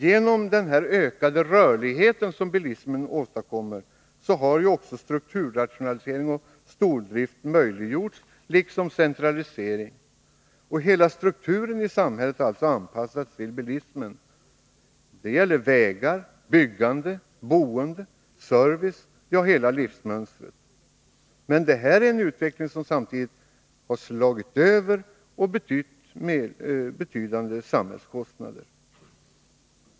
Genom den ökade rörlighet som bilismen åstadkommer har också strukturrationalisering och stordrift möjliggjorts, liksom centralisering. Och hela strukturen i samhället har anpassats till bilismen. Det gäller vägar, byggande, boende, service — ja, hela livsmönstret. Men det här är en utveckling som samtidigt har slagit över och medfört betydande samhällskostnader.